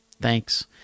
Thanks